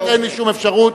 אין לי שום אפשרות.